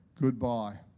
goodbye